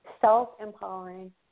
self-empowering